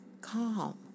Calm